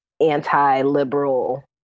anti-liberal